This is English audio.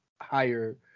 higher